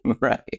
Right